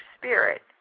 spirit